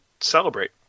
celebrate